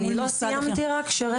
אני לא סיימתי רק, שרן.